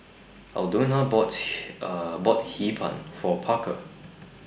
Aldona bought bought Hee Pan For Parker